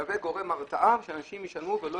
שזה יהווה גורם הרתעה כדי שאנשים ישלמו ולא